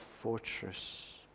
fortress